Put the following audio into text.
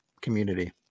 community